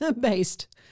based